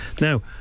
Now